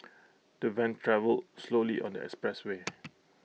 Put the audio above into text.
the van travelled slowly on the expressway